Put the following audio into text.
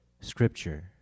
Scripture